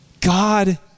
God